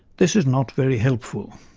this is not very helpful.